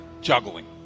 juggling